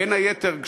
בין היתר,